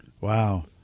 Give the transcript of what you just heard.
Wow